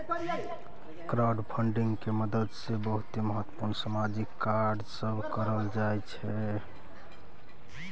crowdfunding के मदद से बहुते महत्वपूर्ण सामाजिक कार्य सब करल जाइ छइ